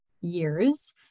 years